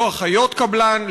לא אחיות קבלן,